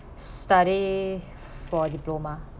study for diploma